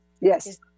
Yes